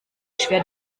schwer